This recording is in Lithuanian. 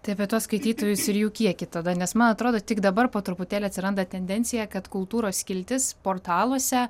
tai apie tuos skaitytojus ir jų kiekį tada nes man atrodo tik dabar po truputėlį atsiranda tendencija kad kultūros skiltis portaluose